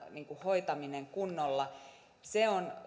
hoitaminen kunnolla on